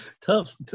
Tough